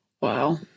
Wow